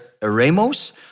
eremos